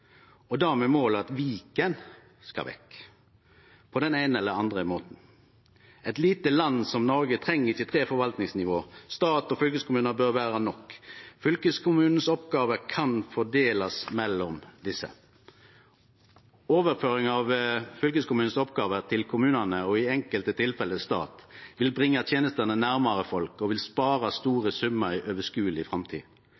og då med mål om at Viken skal vekk, på den eine eller andre måten. Eit lite land som Noreg treng ikkje tre forvaltningsnivå. Stat og kommune bør vere nok. Fylkeskommunens oppgåver kan fordelast mellom desse. Overføring av fylkeskommunens oppgåver til kommunane, og i enkelte tilfelle til stat, vil bringe tenestene nærmare folk og vil